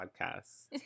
podcast